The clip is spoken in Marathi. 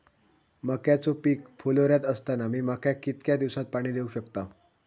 मक्याचो पीक फुलोऱ्यात असताना मी मक्याक कितक्या दिवसात पाणी देऊक शकताव?